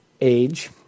age